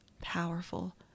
powerful